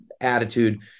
attitude